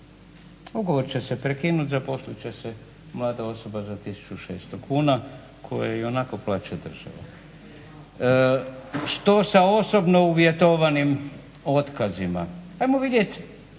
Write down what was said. Ugovor će se prekinuti, zaposlit će se mlada osoba za 1600 kuna koju ionako plaća država. Što sa osobno uvjetovanim otkazima? Hajmo vidjeti